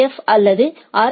ஃப் அல்லது ஆா்